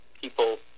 people